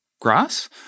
grass